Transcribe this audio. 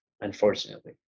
unfortunately